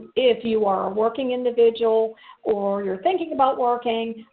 if you are a working individual or you are thinking about working,